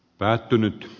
varapuhemies